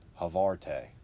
Havarte